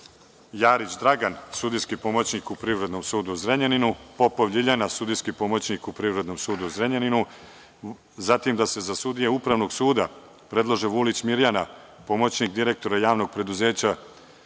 Jarić Dragan, sudijski pomoćnik u Privrednom sudu u Zrenjaninu, Popov Ljiljana, sudijski pomoćnik u Privrednom sudu u Zrenjaninu; zatim, da se za sudije Upravnog suda predlože: Vulić Mirjana, pomoćnik direktora Javnog preduzeća